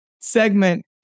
segment